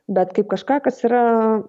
bet kaip kažką kas yra